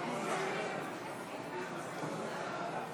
תוצאות ההצבעה.